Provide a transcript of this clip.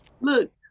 Look